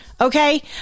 okay